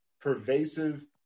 pervasive